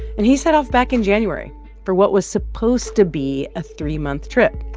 and he set off back in january for what was supposed to be a three-month trip.